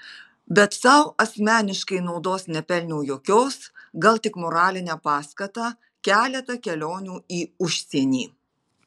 bet sau asmeniškai naudos nepelniau jokios gal tik moralinę paskatą keletą kelionių į užsienį